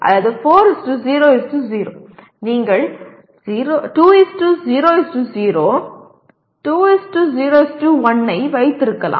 நீங்கள் 2 0 0 2 0 1 ஐ வைத்திருக்கலாம்